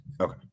Okay